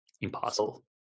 Impossible